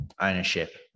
ownership